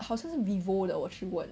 好像是 vivo 的我去过